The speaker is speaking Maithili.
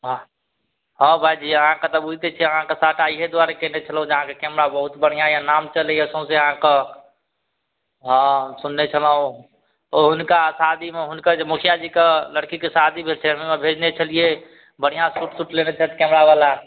हँ हँ भाइजी अहाँकेँ तऽ बुझिते छी अहाँकेँ साटा इएह दुआरे कएने छलहुँ जे अहाँके कैमरा बहुत बढ़िआँ यऽ नाम चलैए सौँसे अहाँके हँ सुनने छलहुँ हुनका शादीमे हुनकर जे मुखिआजीके लड़कीके शादी भेल छै ओहिमे भेजने छलिए बढ़िआँ शूट शूट लेने छथि कैमरावला